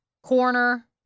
Corner